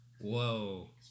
Whoa